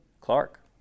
Clark